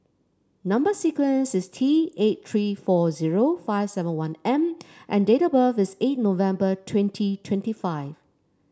number sequence is T eight three four zero five seven one M and date of birth is eight November twenty twenty five